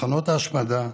מחנות ההשמדה,